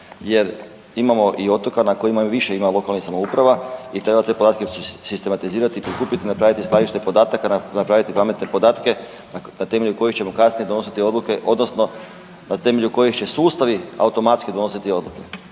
jer imamo i otoka na kojima ima više lokalnih samouprava i trebate …/Govornik se ne razumije/…sistematizirati i prikupit i napraviti skladište podataka, napraviti pametne podatke na temelju kojih ćemo kasnije donositi odluke odnosno na temelju kojih će sustavi automatski donositi odluke.